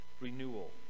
renewal